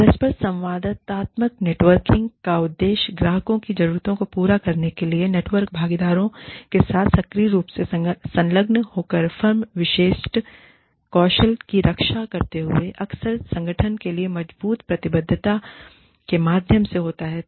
परस्पर संवादात्मक networking interactive networking का उद्देश्य ग्राहकों की जरूरतों को पूरा करने के लिए नेटवर्क भागीदारों के साथ सक्रिय रूप से संलग्न होकर फर्म विशिष्ट कौशल की रक्षा करते हुए अक्सर संगठन के लिए मजबूत प्रतिबद्धता के माध्यम से होता है